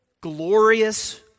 glorious